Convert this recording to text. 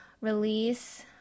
release